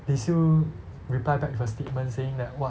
they still reply back with a statement saying that [what]